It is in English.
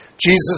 Jesus